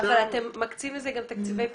אתם מקצים לזה גם תקציבי פרסום?